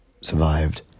survived